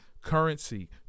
Currency